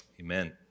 Amen